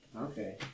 Okay